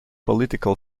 political